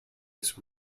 his